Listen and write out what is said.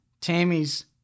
Tammy's